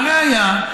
הא ראיה,